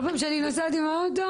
כל פעם שאני נוסעת באוטו.